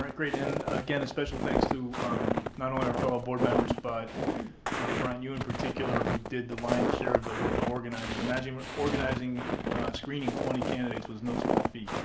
great. and again, a special thanks to not only our fellow board members, but brian, you in particular who did the lion's share of the work of organizing. imagine organizing screening twenty candidates was no small feat.